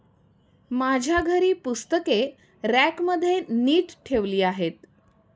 माझ्या घरी पुस्तके रॅकमध्ये नीट ठेवली आहेत